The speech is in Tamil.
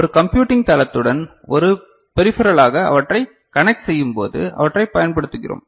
ஒரு கம்ப்யூட்டிங் தளத்துடன் ஒரு பெரிபெரலாக அவற்றை கனக்ட் செய்யும்போது அவற்றைப் பயன்படுத்துகிறோம்